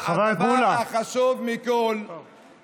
הדבר החשוב מכול -- חבר הכנסת מולא.